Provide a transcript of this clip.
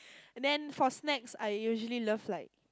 and then for snacks I usually love like